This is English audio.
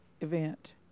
event